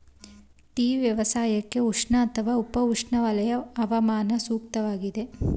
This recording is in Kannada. ಟೀ ವ್ಯವಸಾಯಕ್ಕೆ ಉಷ್ಣ ಅಥವಾ ಉಪ ಉಷ್ಣವಲಯ ಹವಾಮಾನ ಸೂಕ್ತವಾಗಿದೆ